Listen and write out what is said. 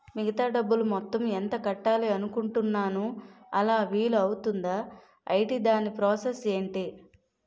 మిగతా డబ్బు మొత్తం ఎంత కట్టాలి అనుకుంటున్నాను అలా వీలు అవ్తుంధా? ఐటీ దాని ప్రాసెస్ ఎంటి?